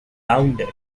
bounded